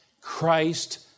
Christ